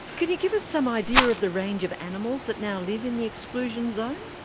could you give us some idea of the range of animals that now live in the exclusion zone?